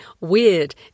weird